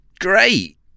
great